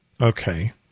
Okay